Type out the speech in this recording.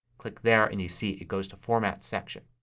click there and you see it goes to format, section.